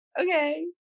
okay